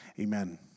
Amen